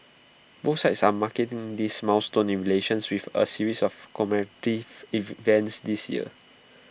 both sides are marking this milestone in relations with A series of commemorative events this year